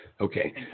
Okay